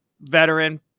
veteran